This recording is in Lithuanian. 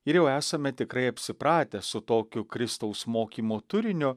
ir jau esame tikrai apsipratę su tokiu kristaus mokymo turiniu